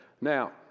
Now